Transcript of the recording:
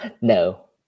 No